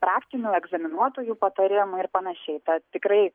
praktinių egzaminuotojų patarimų ir panašiai tad tikrai